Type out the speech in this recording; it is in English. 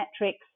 metrics